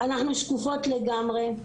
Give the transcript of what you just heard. אנחנו שקופות לגמרי.